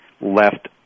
left